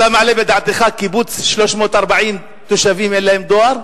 אתה מעלה בדעתך קיבוץ, 340 תושבים, שאין להם דואר?